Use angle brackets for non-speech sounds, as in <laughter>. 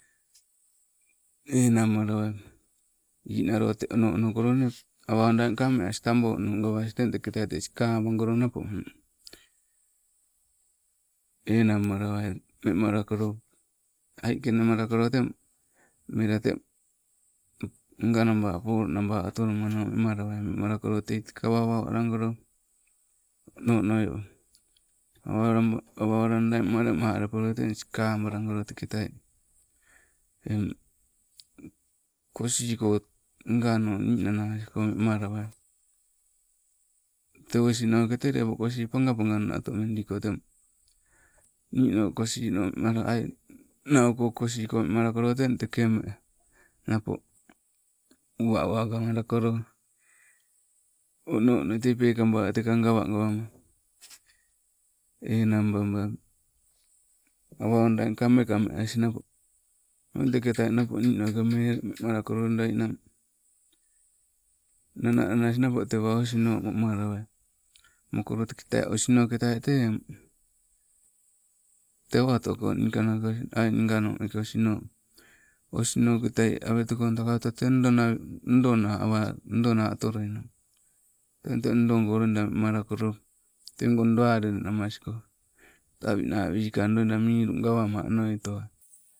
Enang malawai, ninalo tee ono ono kolo nee awa loida o ne eng kame as, taboo nangoo gawas teng teketai tee sikabagolo napo enangmalawai memalakolo ii kenemalakolo teng nganaba poloo nabaa otolomano memalawai memalakolo tei tekaa wau wau alagolo ono onoi <unintelligible> awa owalanda eng madomadopoloi teng sika balangolo teketai eng kosiiko ngano ninanasko wemalawei. Tee osiinoke te leppo kosii leppo panga pangagona otomendiko teng, niinau kosii no wema aii, nauko kosiiko wemalakolo ono onoi tei pekaba tekaa gausgawama. Enang babai, awa owanda eng kame kame ass nappo, tang tekeetai nappo minoke mee wemalakolo ndaloida nnang, nana nanas napo tewa osiino momalawai, mokolo tee, teketai osiinokea tee eng, te awa otoko niikanoke oss aii ngano mekee osnoo, osnoketai aweteko ndakata tee ndoo naa awa ndoo na otoloie, teng tee ndoogo loida wemalakolo tegoo ndoo alelenamasko tawina wikang loida miilu gawama onoitoai.